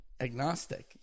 agnostic